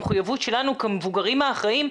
המחויבות שלנו כמבוגרים האחראים היא